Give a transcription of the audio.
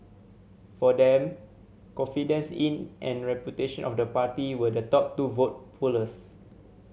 for them confidence in and reputation of the party were the top two vote pullers